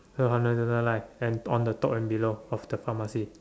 no on a yellow line and on the top and below of the pharmacy